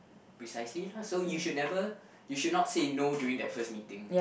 precisely lah so you should never you should not say no during that first meeting